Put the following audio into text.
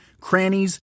crannies